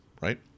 right